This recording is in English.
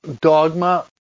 dogma